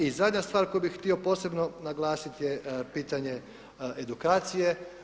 I zadnja stvar koju bih htio posebno naglasiti je pitanje edukacije.